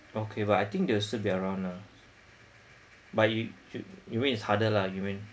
okay but I think there will still be around lah but you should you mean it's harder lah you mean